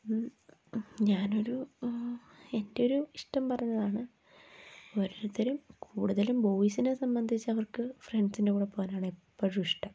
ഞാനൊരു എന്റൊരു ഇഷ്ടം പറഞ്ഞതാണ് ഒരോരുത്തരും കൂടുതലും ബോയ്സിനെ സംബന്ധിച്ച് അവർക്ക് ഫ്രണ്ട്സിൻ്റെ കൂടെ പോകാനാണ് എപ്പോഴും ഇഷ്ടം